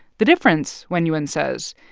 the difference, wenyuan says,